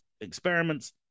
experiments